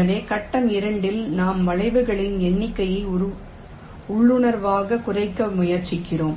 எனவே கட்டம் 2 இல் நாம் வளைவுகளின் எண்ணிக்கையை உள்ளுணர்வாகக் குறைக்க முயற்சிக்கிறோம்